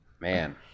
Man